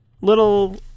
Little